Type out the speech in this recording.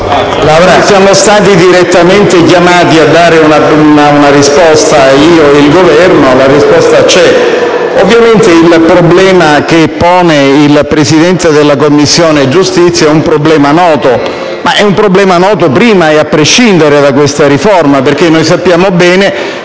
siamo stati direttamente chiamati a dare una risposta, relatore e Governo, e la risposta c'è. Ovviamente, il problema posto dal Presidente della Commissione giustizia è un problema noto; ma è un problema noto prima e a prescindere da questa riforma. Sappiamo bene che